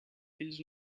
fills